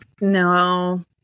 No